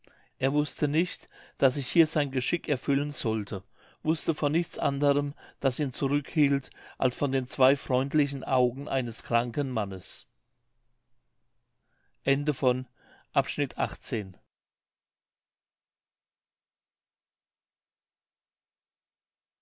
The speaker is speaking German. er wußte nicht daß sich hier sein geschick erfüllen sollte wußte von nichts anderem das ihn zurückhielt als von den zwei freundlichen augen eines kranken mannes